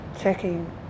checking